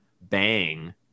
Bang